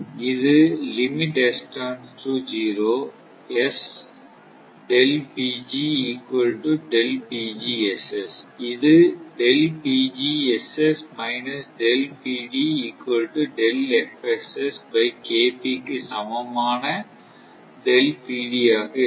இது limit S turns to zero இது இக்கு சமமான ஆக இருக்கும்